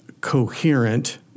coherent